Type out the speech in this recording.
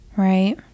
Right